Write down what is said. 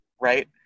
right